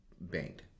banked